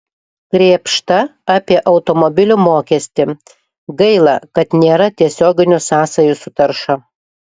krėpšta apie automobilių mokestį gaila kad nėra tiesioginių sąsajų su tarša